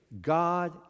God